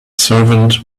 servant